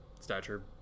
stature